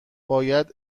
باید